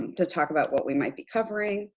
to talk about what we might be covering.